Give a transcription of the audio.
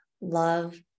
love